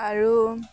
আৰু